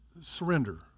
Surrender